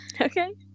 okay